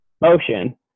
motion